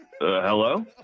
hello